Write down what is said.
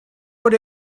what